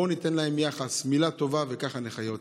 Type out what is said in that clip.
בואו ניתן להם יחס, מילה טובה, וככה נחיה אותם.